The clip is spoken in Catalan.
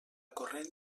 corrent